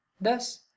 Thus